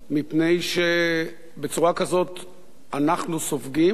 מפני שבצורה כזאת אנחנו סופגים,